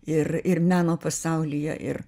ir ir meno pasaulyje ir